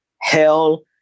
hell